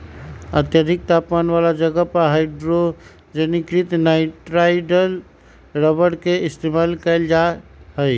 अधिक तापमान वाला जगह पर हाइड्रोजनीकृत नाइट्राइल रबर के इस्तेमाल कइल जा हई